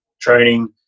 training